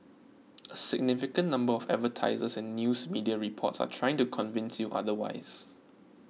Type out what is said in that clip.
a significant number of advertisers and news media reports are trying to convince you otherwise